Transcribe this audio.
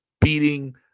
beating